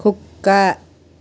కుక్క